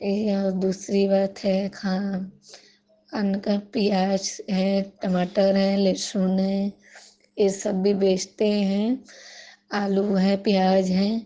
एही और दूसरी बात है खा अन्न का प्याज है टमाटर है लहसुन है ये सब भी बेचते हैं आलू है प्याज है